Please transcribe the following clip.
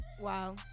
wow